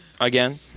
Again